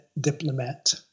diplomat